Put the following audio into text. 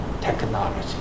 technology